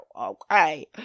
Okay